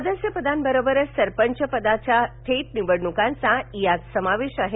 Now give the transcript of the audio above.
सदस्यपदांबरोबरच सरपंचपदाच्या थेट निवडण्कांचा यात समावेश आहे